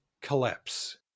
collapse